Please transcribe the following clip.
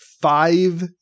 five